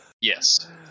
Yes